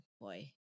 boy